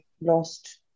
lost